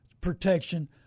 protection